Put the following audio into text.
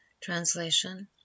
Translation